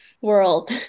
world